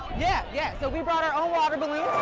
yeah, yeah, so we brought our own water balloons.